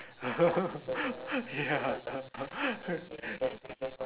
ya